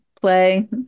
play